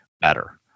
better